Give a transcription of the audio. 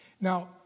Now